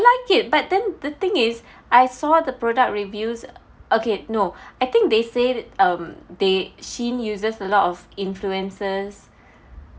like it but then the thing is I saw the product reviews okay no I think they said um they SHEIN uses a lot of influencers